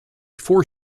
four